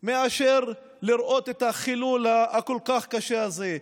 מאשר לראות את החילול הכל-כך קשה הזה.